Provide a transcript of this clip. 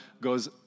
goes